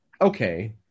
okay